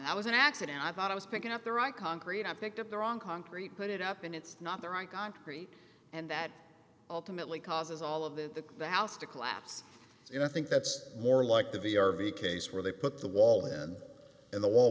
i was an accident i thought i was picking up the right concrete i picked up the wrong concrete put it up and it's not there i concrete and that ultimately causes all of the the house to collapse and i think that's more like the v r v case where they put the wall d in the wall